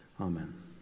Amen